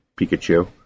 Pikachu